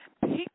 people